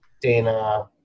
Dana